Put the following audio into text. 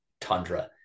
tundra